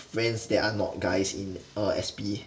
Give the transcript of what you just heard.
friends that are not guys in err S_P